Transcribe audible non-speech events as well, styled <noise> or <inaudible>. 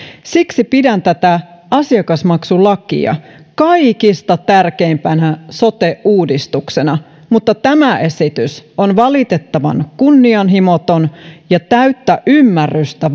siksi pidän tätä asiakasmaksulakia kaikista tärkeimpänä sote uudistuksena mutta tämä esitys on valitettavan kunnianhimoton ja vailla täyttä ymmärrystä <unintelligible>